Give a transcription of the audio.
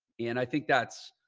and i think that's,